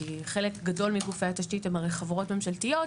כי חלק גדול מגופי התשתית הן חברות ממשלתיות,